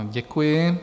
Děkuji.